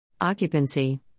Occupancy